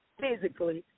physically